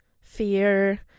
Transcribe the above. fear